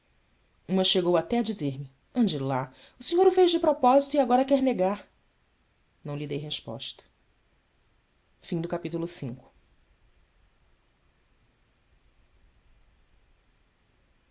uma chegou até a dizer-me nde lá o senhor o fez de propósito e agora quer negar não lhe dei resposta